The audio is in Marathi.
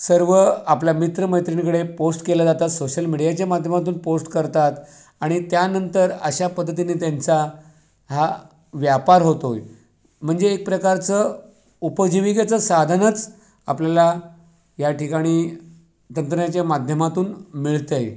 सर्व आपल्या मित्रमैत्रिणीकडे पोस्ट केल्या जातात सोशल मीडियाच्या माध्यमातून पोस्ट करतात आणि त्यानंतर अशा पद्धतीने त्यांचा हा व्यापार होतो आहे म्हणजे एक प्रकारचं उपजीविकेचं साधनच आपल्याला याठिकाणी तंत्रज्ञानाच्या माध्यमातून मिळतं आहे